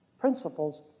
principles